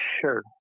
Sure